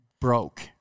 broke